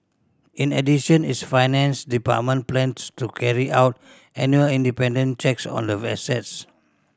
in addition its finance department plans to carry out annual independent checks on the assets